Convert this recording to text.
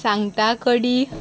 सांगटा कडी